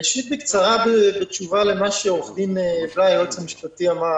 ראשית, בקצרה בתשובה למה שהיועץ המשפטי בליי אמר